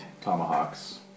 tomahawks